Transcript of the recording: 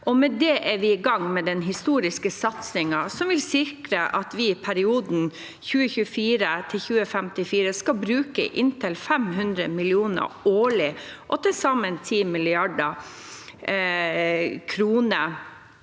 med det er vi i gang med den historiske satsingen som vil sikre at vi i perioden 2024– 2054 skal bruke inntil 500 mill. kr årlig, og til sammen 10 mrd. kr,